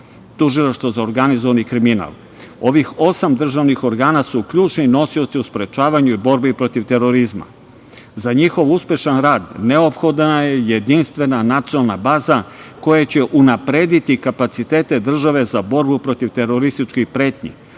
Tužilaštvo za organizovani kriminal. Ovih osam državnih organa su ključni nosioci u sprečavanju i borbi protiv terorizma. Za njihov uspešan rad neophodna je jedinstvena nacionalna baza koja će unaprediti kapacitete države za borbu protiv terorističkih pretnji,